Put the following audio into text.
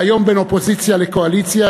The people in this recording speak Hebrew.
והיום בין אופוזיציה לקואליציה,